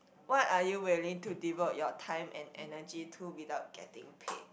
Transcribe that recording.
what are you willing to devote your time and energy to without getting paid